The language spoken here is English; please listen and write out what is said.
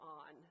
on